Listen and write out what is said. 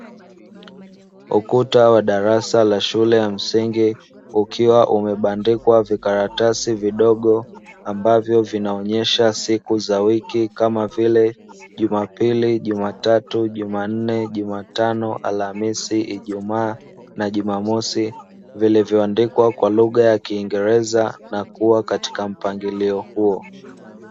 Ukuta wa darasa la shule ya msingi ukiwa umebandikwa vikaratasi vidogo ambavyo vinaonyesha siku za wiki kama vile: Jumapili, Jumatatu, Jumanne, Jumatano, Alhamisi, Ijumaa na Jumamosi vilivyoandikwa kwa lugha ya kingereza na kuwa katika mpangilio huo.